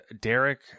Derek